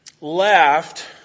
laughed